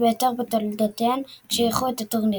ביותר בתולדותיהן כשאירחו את הטורניר.